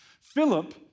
Philip